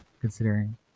considering